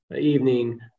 evening